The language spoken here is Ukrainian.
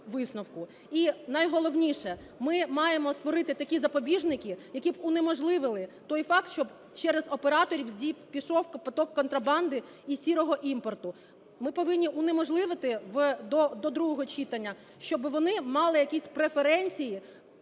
І найголовніше, ми маємо створити такі запобіжники, які б унеможливили той факт, щоб через операторів пішов потік контрабанди і "сірого" імпорту. Ми повинні унеможливити до другого читання, щоби вони мали якісь преференції